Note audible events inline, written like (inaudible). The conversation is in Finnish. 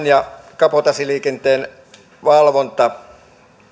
(unintelligible) ja kabotaasiliikenteen valvonta